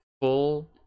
full